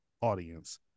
audience